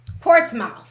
Portsmouth